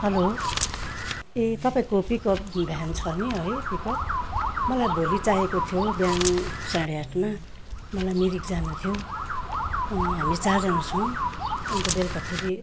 hello ए तपाईँको pickup van छ नि है पिकअप मलाई भोलि चाहिएको थियो बिहान साढे आठमा मलाई मिरिक जानु थियो हामी चारजना छौँ अन्त बेलुका फेरि